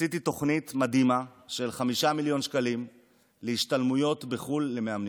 עשיתי תוכנית מדהימה של 5 מיליון שקלים להשתלמויות בחו"ל למאמנים.